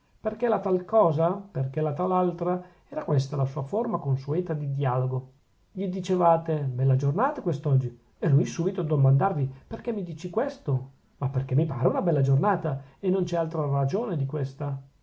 perchè la tal cosa perchè la tal altra era questa la sua forma consueta di dialogo gli dicevate bella giornata quest'oggi e lui subito a domandarvi perchè mi dici questo ma perchè mi pare una bella giornata e non c'è altra ragione che questa